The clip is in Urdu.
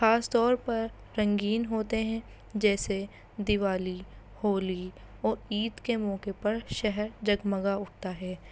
خاص طور پر رنگین ہوتے ہیں جیسے دیوالی ہولی اور عید کے موقعے پر شہر جگمگا اٹھتا ہے